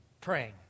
praying